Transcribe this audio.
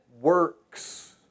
works